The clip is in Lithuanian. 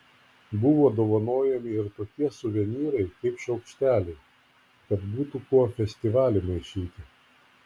buvo dovanojami ir tokie suvenyrai kaip šaukšteliai kad būtų kuo festivalį maišyti